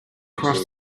cross